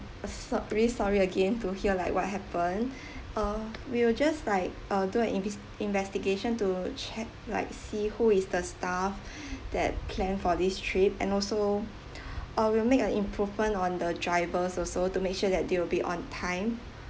uh sor~ really sorry again to hear like what happened uh we will just like uh do an invis~ investigation to check like see who is the staff that planned for this trip and also uh we'll make an improvement on the drivers also to make sure that they will be on time